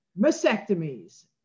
mastectomies